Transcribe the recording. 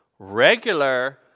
regular